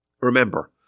Remember